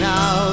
Now